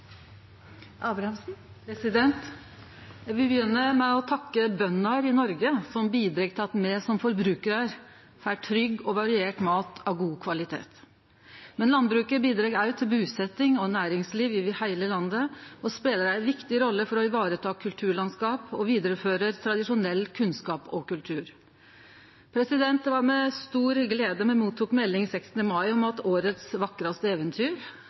statsråd Elvestuen. Eg vil begynne med å takke bøndene i Noreg, som bidreg til at me som forbrukarar får trygg og variert mat av god kvalitet. Men landbruket bidreg òg til busetjing og næringsliv over heile landet og spelar ei viktig rolle for å vareta kulturlandskap og føre vidare tradisjonell kunnskap og kultur. Det var med stor glede me fekk meldinga 16. mai om at årets vakraste eventyr,